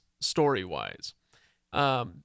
story-wise